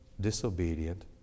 disobedient